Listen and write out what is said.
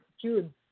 June